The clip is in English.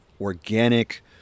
organic